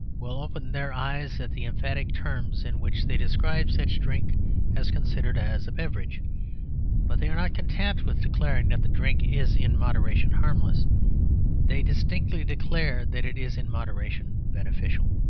will open their eyes at the emphatic terms in which they describe such drink as considered as a beverage but they are not content with declaring that the drink is in moderation harmless they distinctly declare that it is in moderation beneficial.